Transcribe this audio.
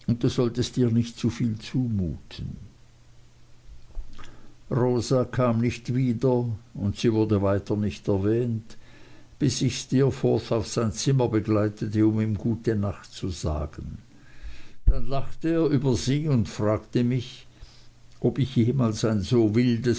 du solltest ihr nicht zuviel zumuten rosa kam nicht wieder und sie wurde weiter nicht erwähnt bis ich steerforth auf sein zimmer begleitete um ihm gute nacht zu sagen dann lachte er über sie und fragte mich ob ich jemals ein so wildes